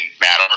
matter